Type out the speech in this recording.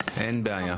אין בעיה.